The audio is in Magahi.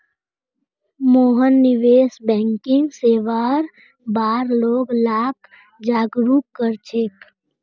मोहन निवेश बैंकिंग सेवार बार लोग लाक जागरूक कर छेक